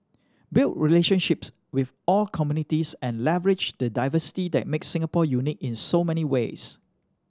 build relationships with all communities and leverage the diversity that makes Singapore unique in so many ways